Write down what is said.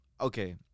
Okay